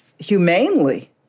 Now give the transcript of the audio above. humanely